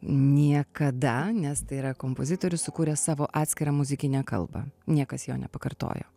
niekada nes tai yra kompozitorius sukūręs savo atskirą muzikinę kalbą niekas jo nepakartojo